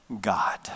God